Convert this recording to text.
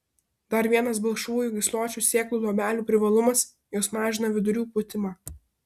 dar vienas balkšvųjų gysločių sėklų luobelių privalumas jos mažina vidurių pūtimą